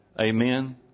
amen